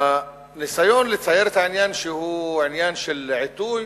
הניסיון לצייר את העניין כעניין של עיתוי,